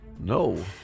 No